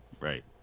Right